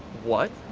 what!